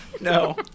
No